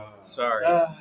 Sorry